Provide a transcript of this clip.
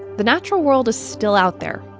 the natural world is still out there,